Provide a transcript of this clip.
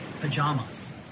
pajamas